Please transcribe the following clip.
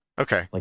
Okay